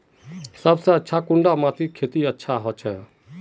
सबसे अच्छा कुंडा माटित खेती होचे?